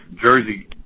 Jersey